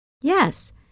Yes